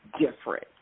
different